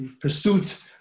pursuit